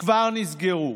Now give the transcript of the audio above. כבר נסגרו